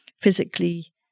physically